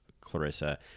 Clarissa